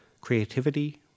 creativity